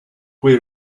where